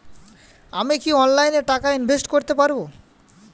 আমি কি অনলাইনে টাকা ইনভেস্ট করতে পারবো?